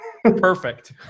Perfect